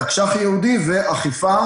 תקש"ח ייעודי ואכיפה